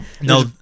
No